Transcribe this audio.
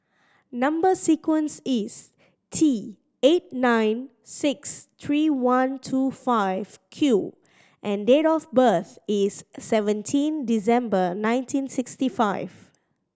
number sequence is T eight nine six three one two five Q and date of birth is seventeen December nineteen sixty five